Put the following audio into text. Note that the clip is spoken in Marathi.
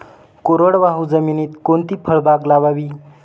कोरडवाहू जमिनीत कोणती फळबाग लावावी?